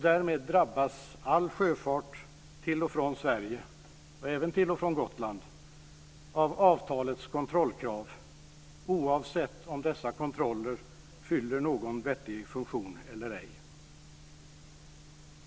Därmed drabbas all sjöfart till och från Sverige liksom även sjöfart till och från Gotland av avtalets kontrollkrav, oavsett om kontrollerna fyller någon vettig funktion eller ej.